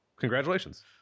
Congratulations